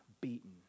beaten